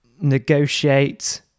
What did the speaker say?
negotiate